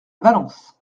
valence